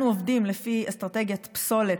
אנחנו עובדים לפי אסטרטגיית פסולת,